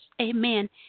Amen